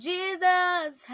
Jesus